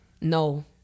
No